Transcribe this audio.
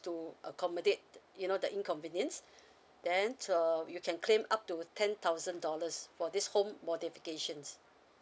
to accommodate you know the inconvenience then um you can claim up to ten thousand dollars for this home modifications